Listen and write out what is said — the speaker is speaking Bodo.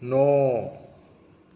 न'